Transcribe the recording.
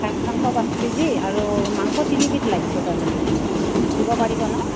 খাচী মাংস পাঁচ কেজি আৰু মাংস তিনিবিধ লাগিব তাৰমানে দিব পাৰিব ন